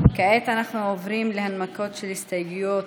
חברת הכנסת עאידה תומא סלימאן,